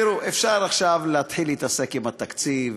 תראו, אפשר עכשיו להתחיל להתעסק עם התקציב.